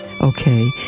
Okay